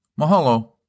Mahalo